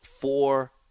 four